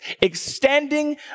Extending